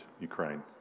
Ukraine